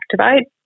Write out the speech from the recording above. activate